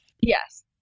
Yes